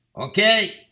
Okay